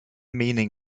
meaning